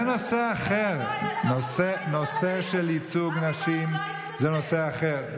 זה נושא אחר, הנושא של ייצוג נשים זה נושא אחר.